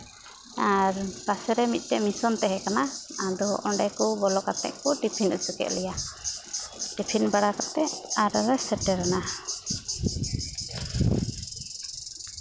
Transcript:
ᱟᱨ ᱯᱟᱥᱮ ᱨᱮ ᱢᱤᱫᱴᱮᱱ ᱢᱤᱥᱚᱱ ᱛᱟᱦᱮᱸᱠᱟᱱᱟ ᱟᱫᱚ ᱚᱸᱰᱮ ᱠᱚ ᱵᱚᱞᱚ ᱠᱟᱛᱮᱫ ᱠᱚ ᱴᱤᱯᱷᱤᱱ ᱦᱚᱪᱚ ᱠᱮᱫ ᱞᱮᱭᱟ ᱴᱤᱯᱷᱤᱱ ᱵᱟᱲᱟ ᱠᱟᱛᱮᱫ ᱟᱨᱚᱞᱮ ᱥᱮᱴᱮᱨᱮᱱᱟ